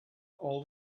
all